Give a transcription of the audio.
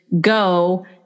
go